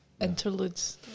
interludes